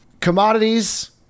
Commodities